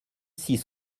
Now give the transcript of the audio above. six